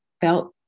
felt